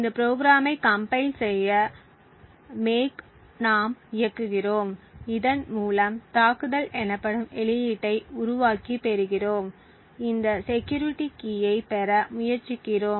இந்த ப்ரோகிராம்மைத் கம்பைல் செய்ய make நாம் இயக்குகிறோம் இதன் மூலம் தாக்குதல் எனப்படும் வெளியீட்டை உருவாக்கி பெறுகிறோம் இந்த செக்யூரிட்டி கீயைப் பெற முயற்சிக்கிறோம்